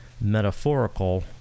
metaphorical